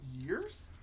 years